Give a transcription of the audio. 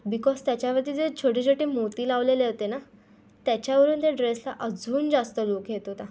because त्याच्यावरती जे छोटेछोटे मोती लावलेले होते ना त्याच्यावरून त्या ड्रेसला अजून जास्त लूक येत होता